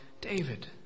David